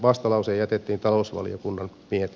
vastalause jätettiin talousvaliokunnan e